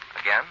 again